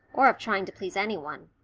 or of trying to please any one.